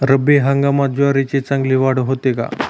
रब्बी हंगामात ज्वारीची चांगली वाढ होते का?